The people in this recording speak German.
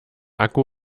akku